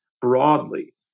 broadly